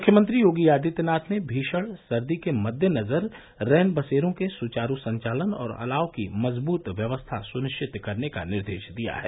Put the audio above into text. मुख्यमंत्री योगी आदित्यनाथ ने भीषण सर्दी के मददेनजर रैनबसेरों के सुचारू संचालन और अलाव की मजबूत व्यवस्था सुनिश्चित करने का निर्देश दिया है